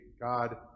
God